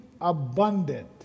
abundant